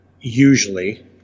usually